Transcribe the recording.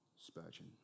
Spurgeon